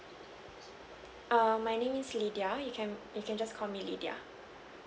um my name is lidiyah you can you can just call me lidiyah